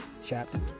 Chapter